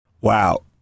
Wow